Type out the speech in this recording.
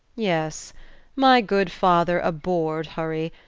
yes my good father abhorred hurry.